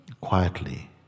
quietly